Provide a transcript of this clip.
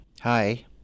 Hi